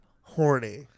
horny